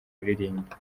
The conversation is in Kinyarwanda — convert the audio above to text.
kuririmba